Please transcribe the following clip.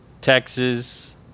Texas